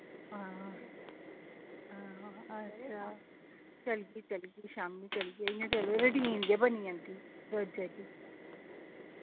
हां हां अच्छा चलगी चलगी शाम्मी चलगी इ'य्यां चलो रूटीन गै बनी जन्दी रोजे दी